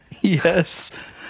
Yes